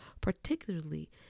particularly